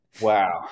Wow